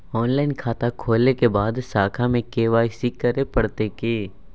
Online खाता खोलै के बाद शाखा में के.वाई.सी करे परतै की?